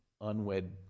unwed